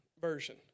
version